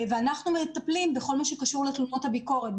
אנחנו מטפלים בכל מה שקשור לתלונות הביקורת,